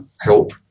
help